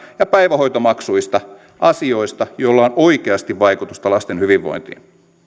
ja päivähoitomaksuista asioista joilla on oikeasti vaikutusta lasten hyvinvointiin